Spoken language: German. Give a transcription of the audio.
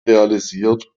realisiert